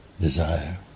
desire